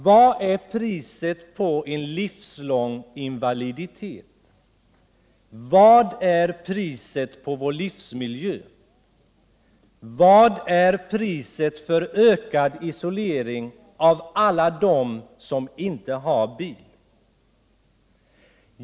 Vad är priset på en livslång invaliditet? Vad är priset på vår livsmiljö? Vad är priset för ökad isolering av alla dem som inte har bil?